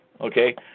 Okay